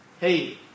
Hey